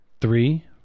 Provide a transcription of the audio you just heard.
Three